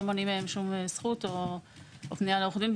לא מונעים מהם שום זכות או פנייה לעורך דין,